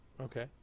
Okay